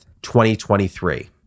2023